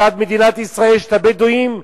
מצד מדינת ישראל יש הבדואים,